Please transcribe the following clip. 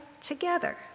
together